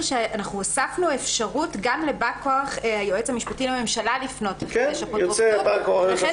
הוספנו אפשרות גם לבא כוח היועץ המשפטי לממשלה לפנות --- לכן זה